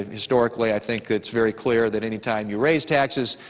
historically i think it's very clear that any time you raise taxes,